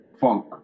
Funk